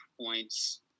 points